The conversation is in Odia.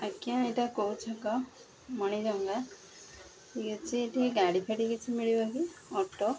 ଆଜ୍ଞା ଏଇଟା କୋଉ ଛକ ମଣିଜଙ୍ଗା ଠିକ୍ ଅଛି ଏଠି ଗାଡ଼ି ଫାଡ଼ି କିଛି ମିଳିବ କିି ଅଟୋ